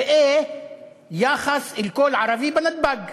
ראה היחס אל כל ערבי בנתב"ג.